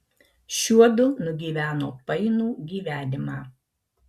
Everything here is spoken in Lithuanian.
šiuodu nugyveno painų gyvenimą